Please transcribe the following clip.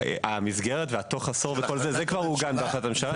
המסגרת, והתוך עשור מעוגן בהחלטת הממשלה.